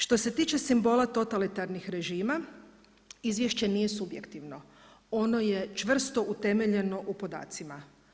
Što se tiče simbola totalitarnih režima, izvješće nije subjektivno, ono je čvrsto utemeljeno u podacima.